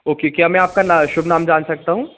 okay क्या मैं आपका शुभ नाम जान सकता हूँ